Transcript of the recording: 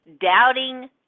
doubting